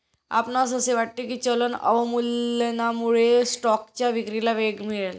आपणास असे वाटते की चलन अवमूल्यनामुळे स्टॉकच्या विक्रीला वेग मिळेल?